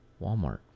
Walmart